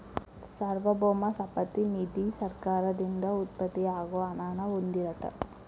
ಸಾರ್ವಭೌಮ ಸಂಪತ್ತ ನಿಧಿ ಸರ್ಕಾರದಿಂದ ಉತ್ಪತ್ತಿ ಆಗೋ ಹಣನ ಹೊಂದಿರತ್ತ